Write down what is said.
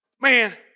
man